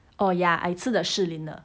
oh ya I 吃 the 士林的